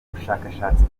bushakashatsi